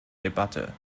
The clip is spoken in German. debatte